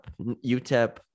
utep